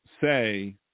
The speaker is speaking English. say